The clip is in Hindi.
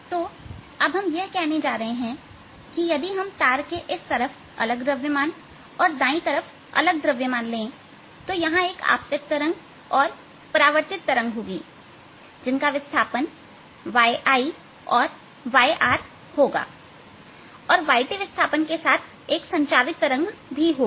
तो अब हम यह कहने जा रहे हैं कि यदि हम तार के इस तरफ अलग द्रव्यमान और दाएं तरफ अलग द्रव्यमान ले तो यहां एक आपतित तरंग और परावर्तित तरंग होगी जिनका विस्थापन y I और yR होगा और y T विस्थापन के साथ संचारित तरंग भी होगी